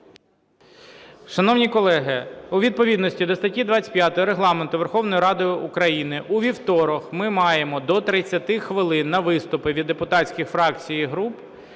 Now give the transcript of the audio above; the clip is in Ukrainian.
Шановні колеги, у відповідності до статті 25 Регламенту Верховної Ради України у вівторок ми маємо до 30 хвилин на виступи від депутатських фракцій і груп